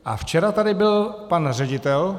A včera tady byl pan ředitel.